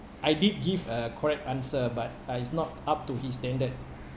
I did give a correct answer but uh it's not up to his standard